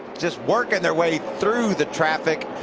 just working their way through the traffic.